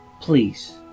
Please